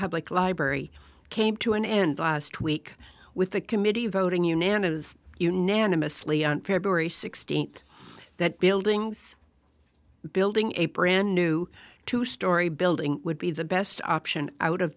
public library came to an end last week with the committee voting unanimous unanimously on february sixteenth that building building a brand new two story building would be the best option